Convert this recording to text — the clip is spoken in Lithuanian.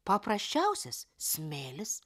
paprasčiausias smėlis